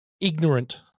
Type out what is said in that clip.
ignorant